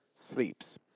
sleeps